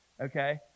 okay